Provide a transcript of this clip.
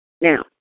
Now